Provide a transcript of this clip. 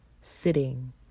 sitting